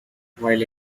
while